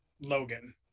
Logan